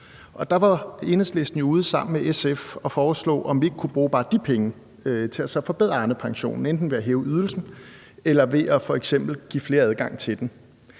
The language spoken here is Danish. Der var Enhedslisten ude sammen med SF og spørge, om vi ikke kunne bruge bare de penge til at forbedre Arnepensionen enten ved at hæve ydelsen, ved f.eks. at give flere adgang til den,